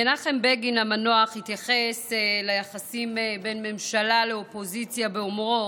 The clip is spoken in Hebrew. מנחם בגין המנוח התייחס ליחסים בין ממשלה לאופוזיציה באומרו: